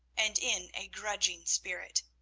and in a grudging spirit.